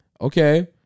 okay